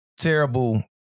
terrible